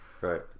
right